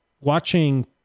watching